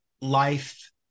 life